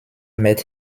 met